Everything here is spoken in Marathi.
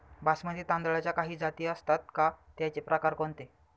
बासमती तांदळाच्या काही जाती असतात का, त्याचे प्रकार कोणते?